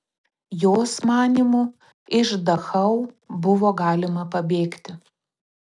jos manymu iš dachau buvo galima pabėgti